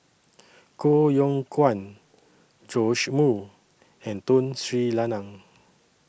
Koh Yong Guan Joash Moo and Tun Sri Lanang